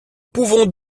pouvons